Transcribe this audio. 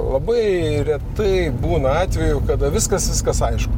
labai retai būna atvejų kada viskas viskas aišku